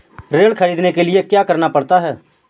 ऋण ख़रीदने के लिए क्या करना पड़ता है?